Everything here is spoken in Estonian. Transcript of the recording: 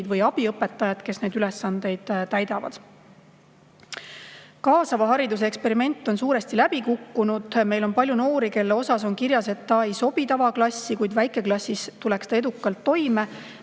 või abiõpetajad, kes neid ülesandeid täidavad. "Kaasava hariduse eksperiment on suuresti läbi kukkunud. Meil on palju noori, kelle osas on kirjas, et ta ei sobi tavaklassi, kuid väikeklassis tuleks ta edukalt toime.